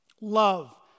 love